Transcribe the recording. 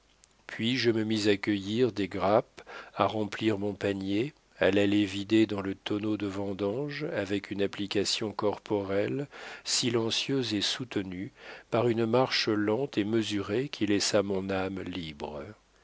puis je me mis à cueillir des grappes à remplir mon panier à l'aller vider dans le tonneau de vendange avec une application corporelle silencieuse et soutenue par une marche lente et mesurée qui laissa mon âme libre